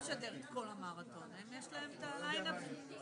אף אם אינו עומד בתנאים המנויים בסעיף קטן (ג2)(1),